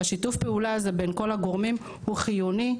שיתוף הפעולה הזה בין כל הגורמים הוא חיוני.